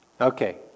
Okay